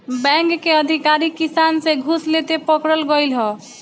bank के अधिकारी किसान से घूस लेते पकड़ल गइल ह